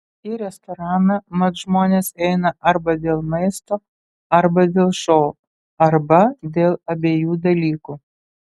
į restoraną mat žmonės eina arba dėl maisto arba dėl šou arba dėl abiejų dalykų